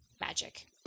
magic